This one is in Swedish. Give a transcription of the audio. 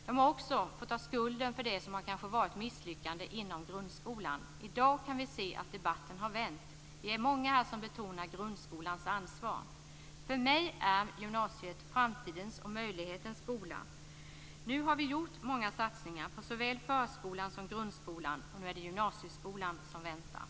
Den har också fått ta skulden för det som kanske har varit misslyckanden inom grundskolan. I dag kan vi se att debatten har vänt. Det är många som betonar grundskolans ansvar. För mig är gymnasiet framtidens och möjligheternas skola. Vi har nu gjort många satsningar på såväl förskolan som grundskolan, och nu är det gymnasieskolan som väntar.